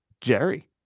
Jerry